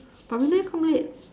but we never come late